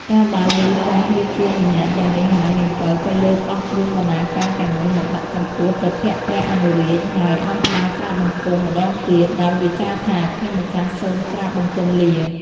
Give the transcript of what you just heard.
កាលបើឮព្រះរាជានុញ្ញាតយ៉ាងនេះហើយ នាង ពៅ ក៏លើកអស់គ្រឿងបណ្ណាការទាំងនោះ មកដាក់ចំពោះព្រះភក្ត្រព្រះអនុរាជ ហើយឱនក្បាលក្រាបបង្គំម្ដងទៀត ដោយវាចាថា ខ្ញុំម្ចាស់សូមក្រាបបង្គំលា ។